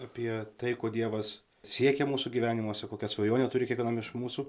apie tai ko dievas siekia mūsų gyvenimuose kokią svajonę turi kiekvienam iš mūsų